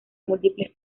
múltiples